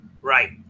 Right